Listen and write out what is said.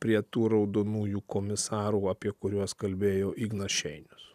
prie tų raudonųjų komisarų apie kuriuos kalbėjo ignas šeinius